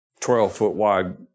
12-foot-wide